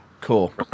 Cool